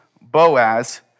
Boaz